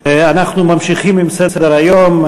אנחנו ממשיכים בסדר-היום.